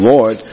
Lord